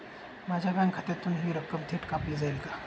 माझ्या बँक खात्यातून हि रक्कम थेट कापली जाईल का?